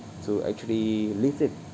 to actually live in